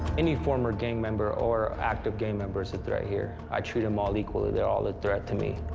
any former gang member or active gang member is a threat here. i treat them all equally, they're all a threat to me.